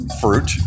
Fruit